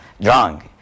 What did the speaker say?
drunk